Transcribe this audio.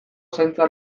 zaintza